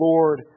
Lord